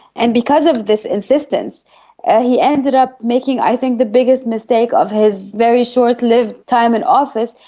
and because of this insistence he ended up making i think the biggest mistake of his very short-lived time in office,